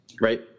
right